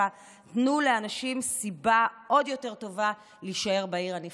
תנו לאנשים סיבה עוד יותר טובה להישאר בעיר הנפלאה הזו.